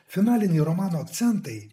finalinėje romano akcentai